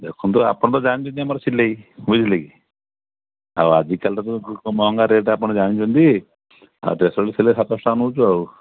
ଦେଖନ୍ତୁ ଆପଣ ତ ଜାଣିଛନ୍ତି ମୋର ସିଲେଇ ବୁଝିଲେକି ଆଉ ଆଜିକାଲି ତ ତ ମହଙ୍ଗା ରେଟ୍ ଆପଣ ଜାଣିଛନ୍ତି ଆଉ ଡ୍ରେସ ହଳକୁ ସିଲେଇ ସାତଶହ ଟଙ୍କା ନଉଛୁ ଆଉ